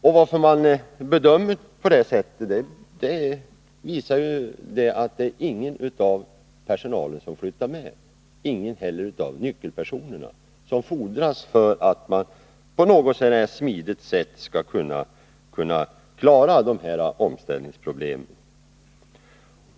Att man bedömer situationen på det sättet bekräftas av att ingen bland personalen flyttar med, ingen heller av de nyckelpersoner som behövs för att man på ett något så när smidigt sätt skall kunna klara omställningsproblemen.